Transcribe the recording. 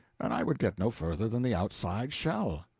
and i should get no further than the outside shell.